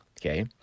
okay